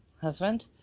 husband